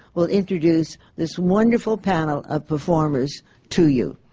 will introduce this wonderful panel of performers to you.